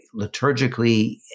liturgically